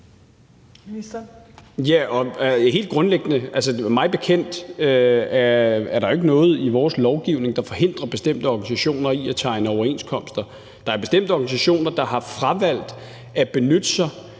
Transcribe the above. helt grundlæggende er der jo mig bekendt ikke noget i vores lovgivning, der forhindrer bestemte organisationer i at tegne overenskomster. Der er bestemte organisationer, der har fravalgt at benytte sig